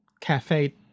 cafe